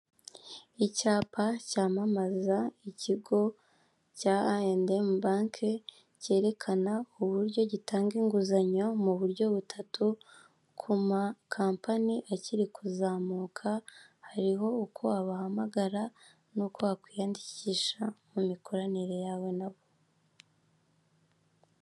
Icyapa cyamamaza ikigo cya I&M Bank, cyerekana uburyo gitanga inguzanyo mu buryo butatu ku makampani akiri kuzamuka, hariho uko wabahamagara n'uko wakwiyandikisha mu mikoranire yawe na bo.